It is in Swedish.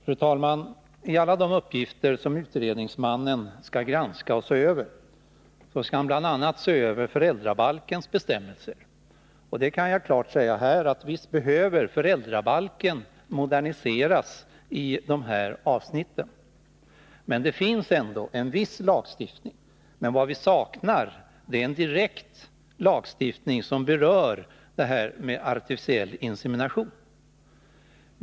Fru talman! Till alla de uppgifter som utredningsmannen skall granska och se över hör uppgiften att se över föräldrabalkens bestämmelser. Jag kan klart säga att visst behöver föräldrabalken moderniseras i dessa avsnitt, men det finns ändå en viss lagstiftning. Vad vi saknar är en lagstiftning som direkt berör detta med artificiell insemination.